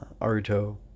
Aruto